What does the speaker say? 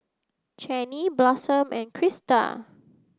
Chaney Blossom and Krista